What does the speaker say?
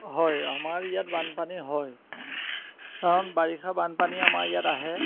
হয় আমাৰ ইয়াত বানপানী হয় কাৰণ বাৰিষা বানপানী আমাৰ ইয়াত আহে